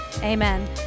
amen